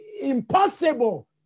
impossible